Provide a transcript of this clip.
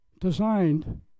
designed